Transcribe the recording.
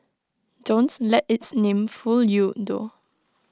don't let its name fool you though